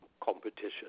competition